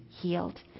healed